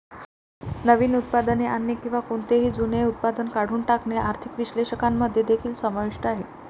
नवीन उत्पादने आणणे किंवा कोणतेही जुने उत्पादन काढून टाकणे आर्थिक विश्लेषकांमध्ये देखील समाविष्ट आहे